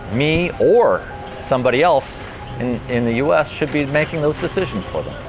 me or somebody else in in the us should be making those decisions for them.